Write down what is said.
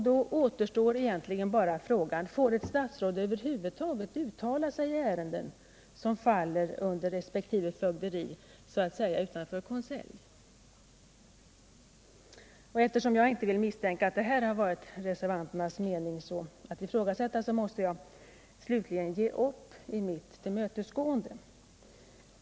Då återstår bara frågan: Får ett statsråd över huvud taget uttala sig i ärenden som faller under resp. fögderi så att säga utanför konselj? Eftersom jag inte vill misstänka att det varit reservanternas mening att ifrågasätta detta, måste jag, herr talman, slutligen ge upp i mitt tillmötesgående.